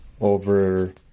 over